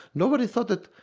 nobody thought that,